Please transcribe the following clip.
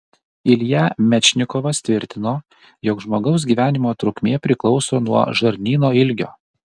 ilja mečnikovas tvirtino jog žmogaus gyvenimo trukmė priklauso nuo žarnyno ilgio